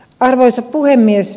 arvoisa puhemies